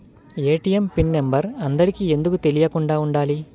ATM pin number అందరికి ఎందుకు తెలియకుండా ఉండాలి?